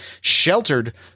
Sheltered